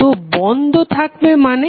তো বন্ধ থাকবে মানে